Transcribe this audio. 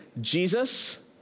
Jesus